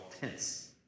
tense